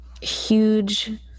huge